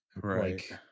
Right